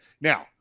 now